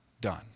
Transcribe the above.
done